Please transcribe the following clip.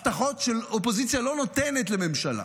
הבטחות שאופוזיציה לא נותנת לממשלה,